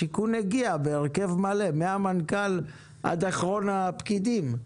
השיכון הגיע בהרכב מלא, מהנכ"ל עד אחרון הפקידים.